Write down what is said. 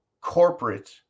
corporate